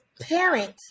parent